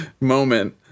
moment